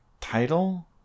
title